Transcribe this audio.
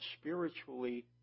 spiritually